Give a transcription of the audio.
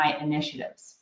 initiatives